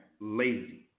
lazy